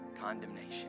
condemnation